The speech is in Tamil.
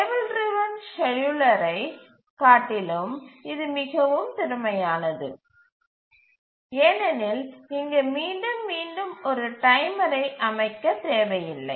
டேபிள் டிரவன் ஸ்கேட்யூலரை காட்டிலும் இது மிகவும் திறமையானது ஏனெனில் இங்கு மீண்டும் மீண்டும் ஒரு டைமரை அமைக்க தேவையில்லை